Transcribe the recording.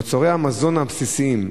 מוצרי המזון הבסיסיים,